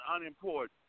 unimportant